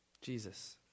Jesus